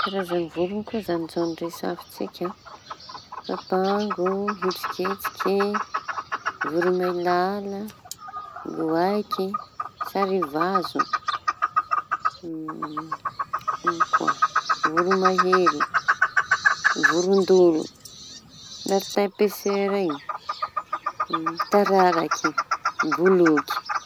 Karazan'ny vorony koa izañy izao rehafintsika papango, hitsikitsiky, voromailala, goaiky, sarivazo. Ino koa? Voro-mahery, voron-dolo, martain pesera iñy, tararaky, boloky.